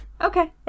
Okay